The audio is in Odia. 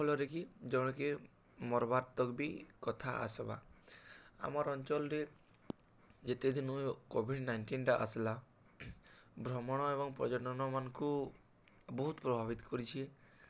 ଫଲରେ କି ଜଣେକେ ମର୍ବାତକ ବି କଥା ଆସ୍ବା ଆମର୍ ଅଞ୍ଚଲ୍ରେ ଯେତେ ଦିନ କୋଭିଡ଼୍ ନାଇଣ୍ଟିନଟା ଆସିଲା ଭ୍ରମଣ ଏବଂ ପର୍ଯ୍ୟଟନମାନଙ୍କୁ ବହୁତ ପ୍ରଭାବିତ କରିଛି